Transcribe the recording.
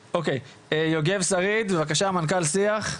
יוגב שריד בבקשה, מנכ"ל שיח.